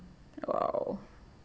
!wow!